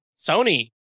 Sony